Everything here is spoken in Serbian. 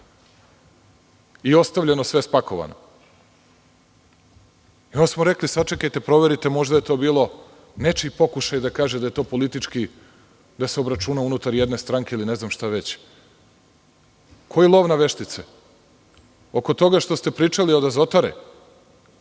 i ostavljeno je sve spakovano. Onda smo rekli – sačekajte, proverite, možda je to bio nečiji pokušaj da kaže da je to politički obračun unutar jedne stranke, ili ne znam šta već. Koji lov na veštice? Oko toga što ste pričali oko Azotare.